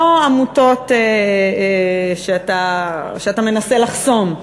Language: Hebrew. לא עמותות שאתה מנסה לחסום.